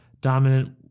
dominant